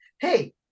Hey